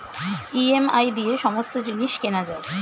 EMI দিয়ে সমস্ত জিনিস কেনা যায়